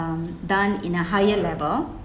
um done in a higher level